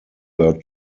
were